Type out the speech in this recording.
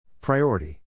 Priority